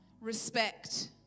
respect